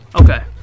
Okay